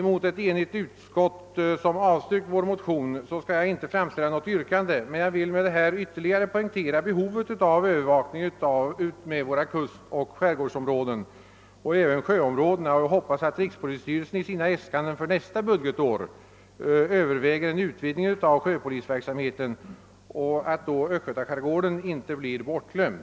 Mot ett enigt utskott, som avstyrkt vår motion skall jag inte framställa något yrkande, men jag vill med detta ytterligare poängtera behovet av övervakning utmed våra kustoch skärgårdsområden och hoppas, att rikspolisstyrelsen i sina äskanden för nästa budgetår överväger en utvidgning av sjöpolisverksamheten och att östgötaskärgården därvid inte = blir bortglömd.